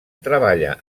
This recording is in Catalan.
treballa